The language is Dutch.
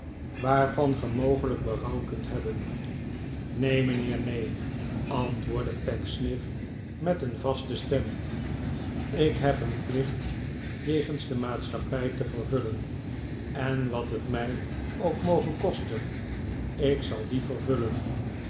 waarvan ge mogelijk berouw kunt hebben neen mijnheer neen antwoordde pecksniff met een vaste stem ik heb een plicht jegens de maatschappij te vervullen en wat het mij ook moge kosten ik zal dien vervullen